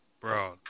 bro